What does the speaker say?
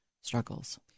struggles